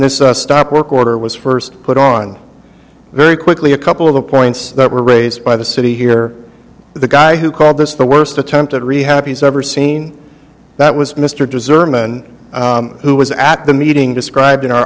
this stop work order was first put on very quickly a couple of the points that were raised by the city here the guy who called this the worst attempted rehab he's ever seen that was mr deserve and who was at the meeting described an